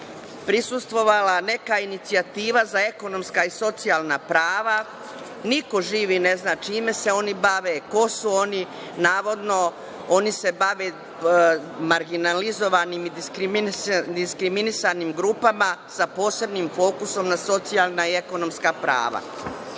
da čujete, neka inicijativa za ekonomska i socijalna prava. Niko živi ne zna čime se oni bave, ko su oni. Navodno, oni se bave marginalizovanim i diskriminisanim grupama sa posebnim fokusom na socijalna i ekonomska prava. Ova